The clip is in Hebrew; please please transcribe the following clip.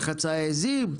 בחצאי עיזים?